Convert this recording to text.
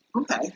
Okay